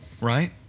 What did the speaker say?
right